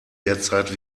derzeit